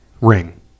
Ring